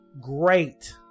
great